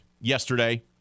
yesterday